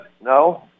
No